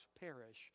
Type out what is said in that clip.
perish